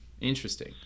Interesting